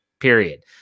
Period